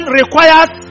requires